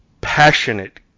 passionate